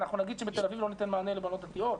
אנחנו נגיד שבתל אביב לא ניתן מענה לבנות דתיות?